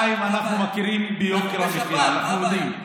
2. אנחנו מכירים ביוקר המחיה, אנחנו יודעים.